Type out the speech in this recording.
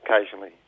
occasionally